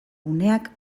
uneak